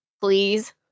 please